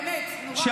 רון, לא מתאים לך.